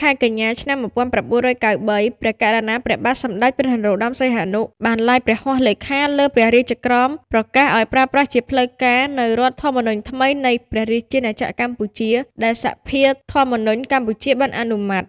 ខែកញ្ញា ឆ្នាំ១៩៩៣ ព្រះករុណាព្រះបាទសម្តេចព្រះនរោត្តម សីហនុ បាន ឡាយព្រះហស្ថលេខាលើព្រះរាជក្រមប្រកាសឱ្យប្រើប្រាស់ជាផ្លូវការ នូវរដ្ឋធម្មនុញ្ញថ្មី នៃព្រះ រាជាណាក្រកម្ពុជា ដែលសភាធម្មនុញ្ញកម្ពុជាបានអនុម័ត។